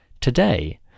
Today